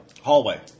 Hallway